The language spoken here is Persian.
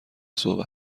صبح